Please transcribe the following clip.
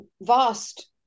vast